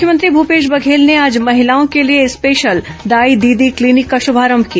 मुख्यमंत्री भूपेश बघेल ने आज महिलाओं के लिए स्पेशल दाई दीदी क्लीनिक का शुभारंभ किया